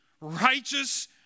righteous